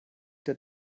der